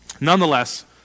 nonetheless